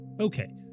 Okay